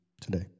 today